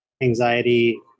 anxiety